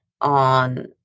on